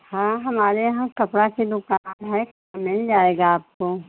हाँ हमारे यहाँ कपड़ा की दुक़ान है मिल जाएगा आपको